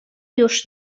już